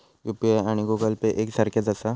UPI आणि Google pay एक सारख्याच आसा?